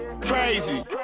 crazy